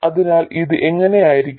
അതിനാൽ ഇത് ഇങ്ങനെയായിരിക്കും